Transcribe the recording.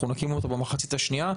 אנחנו נקים אותה במחצית השנייה,